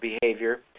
behavior